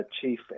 Chief